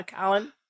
colin